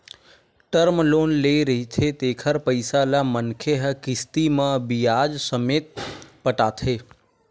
term loan ले रहिथे तेखर पइसा ल मनखे ह किस्ती म बियाज ससमेत पटाथे